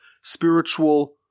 spiritual